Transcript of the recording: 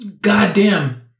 goddamn